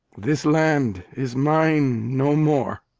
this land is mine no more.